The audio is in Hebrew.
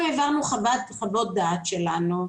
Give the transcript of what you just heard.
אנחנו העברנו חוות-דעת שלנו,